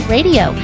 Radio